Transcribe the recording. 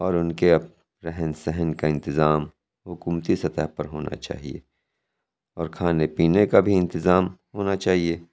اور اُن کے اب رہن سہن کا انتظام حکومتی سطح پر ہونا چاہیے اور کھانے پینے کا بھی انتظام ہونا چاہیے